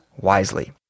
wisely